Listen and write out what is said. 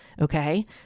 okay